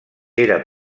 era